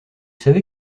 savez